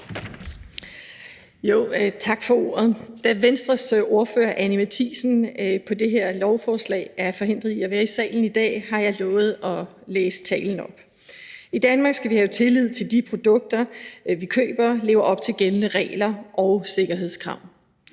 (V): Tak for ordet. Da Venstres ordfører på det her lovforslag, fru Anni Matthiesen, er forhindret i at være i salen i dag, har jeg lovet at læse talen op. I Danmark skal vi have tillid til, at de produkter, vi køber, lever op til gældende regler og sikkerhedskrav.